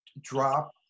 drop